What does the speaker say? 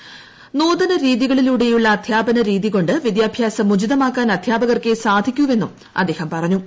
ന്യൂതന രീതികളിലൂടെയുള്ള അധ്യാപന രീതികൊണ്ട് വിദ്യാഭ്യാസം ഉചിതമാക്കാൻ അധ്യാപകർക്കെ സാധിക്കുവെന്നും അദ്ദേഹം പറഞ്ഞു